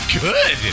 Good